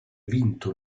vinto